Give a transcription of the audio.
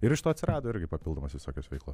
ir iš to atsirado irgi papildomos visokios veiklos